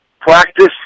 practice